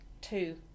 two